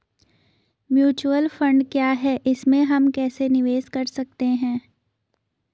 Mutual fund क्या है इसमें हम कैसे निवेश कर सकते हैं?